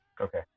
Okay